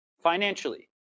financially